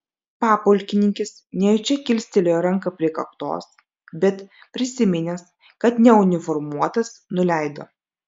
papulkininkis nejučia kilstelėjo ranką prie kaktos bet prisiminęs kad neuniformuotas nuleido